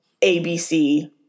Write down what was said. ABC